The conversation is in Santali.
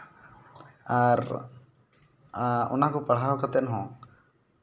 ᱟᱨ ᱚᱱᱟᱠᱚ ᱯᱟᱲᱦᱟᱣ ᱠᱟᱛᱮ ᱦᱚᱸ